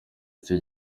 icyo